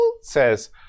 says